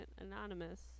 Anonymous